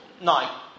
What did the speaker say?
night